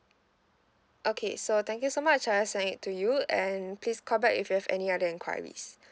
okay so thank you so much I will send it to you and please call back if you have any other inquiries